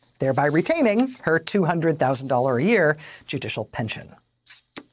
thereby retaining her two hundred thousand dollars a year judicial pension.